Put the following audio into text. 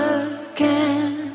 again